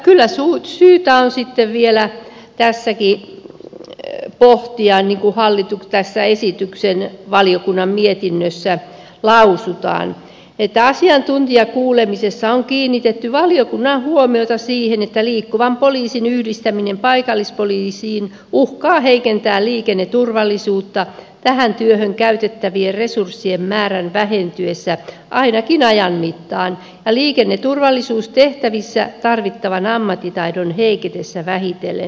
kyllä syytä on sitten vielä pääse kii rainer lahti ja tässäkin pohtia niin kuin valiokunnan mietinnössä lausutaan että asiantuntijakuulemisessa on kiinnitetty valiokunnan huomiota siihen että liikkuvan poliisin yhdistäminen paikallispoliisiin uhkaa heikentää liikenneturvallisuutta tähän työhön käytettävien resurssien määrän vähentyessä ainakin ajan mittaan ja liikenneturvallisuustehtävissä tarvittavan ammattitaidon heiketessä vähitellen